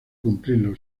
cumplirlo